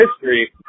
history